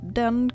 den